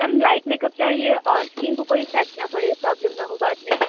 ma'am light makeup चाहिए और skin पर कोई इफ़ेक्ट ना पड़े प्रॉब्लम ना हो बाद में